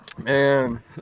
Man